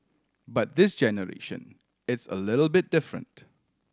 but this generation it's a little bit different